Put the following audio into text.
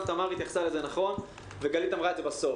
גם תמר זנדברג התייחסה לזה וגלית שאול אמרה את זה בסוף.